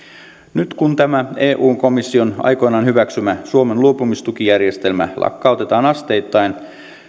nyt kun tämä eun komission aikoinaan hyväksymä suomen luopumistukijärjestelmä lakkautetaan asteittain